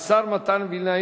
החוקה, חוק ומשפט.